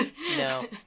No